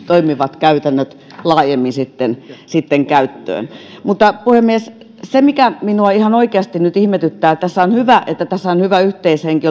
toimivat käytännöt laajemmin sitten sitten käyttöön puhemies minua ihan oikeasti nyt ihmetyttää on hyvä että tässä on hyvä yhteishenki